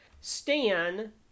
Stan